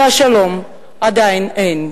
ושלום, עדיין אין.